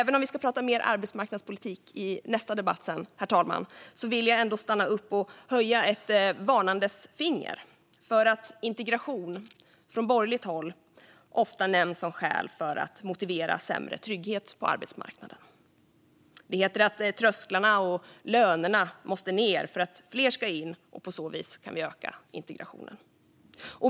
Även om vi ska prata mer arbetsmarknadspolitik i nästa debatt vill jag här och nu höja ett varningens finger för att integration från borgerligt håll ofta nämns som skäl för att motivera sämre trygghet på arbetsmarknaden. Det heter att trösklarna och lönerna måste ned för att få in fler och på så vis öka integrationen.